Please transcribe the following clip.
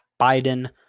Biden